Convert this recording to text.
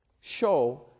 show